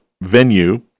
venue